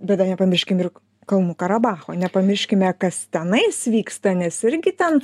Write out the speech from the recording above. bet dar nepamirškim ir kalnų karabacho nepamirškime kas tenais vyksta nes irgi ten